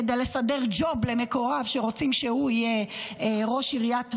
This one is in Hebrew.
כדי לסדר ג'וב למקורב שרוצים שהוא יהיה ראש עיריית טבריה,